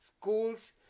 schools